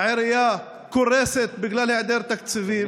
העירייה קורסת בגלל היעדר תקציבים.